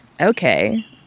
Okay